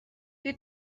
die